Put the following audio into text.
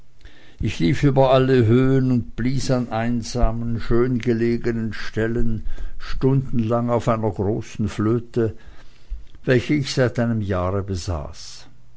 ich lief über alle höhen und blies an einsamen schön gelegenen stellen stundenlang auf einer großen flöte welche ich seit einem jahre besaß